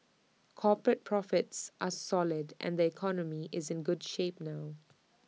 corporate profits are solid and the economy is in good shape now